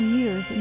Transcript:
years